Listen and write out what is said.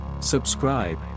Subscribe